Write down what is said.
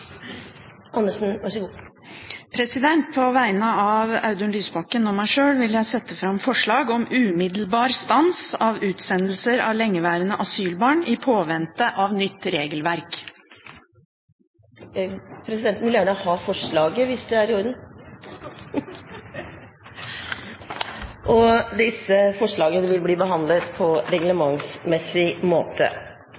På vegne av Audun Lysbakken og meg sjøl vil jeg sette fram forslag om umiddelbar stans av utsendelser av lengeværende asylbarn i påvente av nytt regelverk. Forslagene vil bli behandlet på reglementsmessig måte. Før sakene på dagens kart tas opp til behandling, vil presidenten minne om at Stortingets sal-app nå er installert på